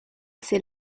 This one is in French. ses